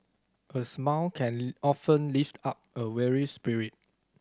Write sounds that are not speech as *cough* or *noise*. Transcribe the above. a smile can *unintelligible* often lift up a weary spirit